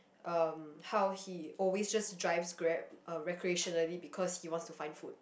um how he always just drives Grab uh recreationally because he wants to find food